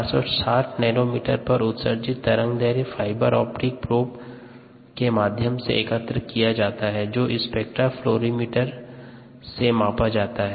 460 nanometre पर उत्सर्जित तरंगदैर्य्ध फाइबर ऑप्टिक प्रोब के माध्यम से एकत्र किया जाता है जो स्पेक्ट्रा फ्लोरीमीटर से मापा जाता है